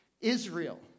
Israel